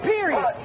Period